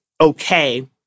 okay